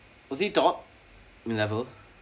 was he top in level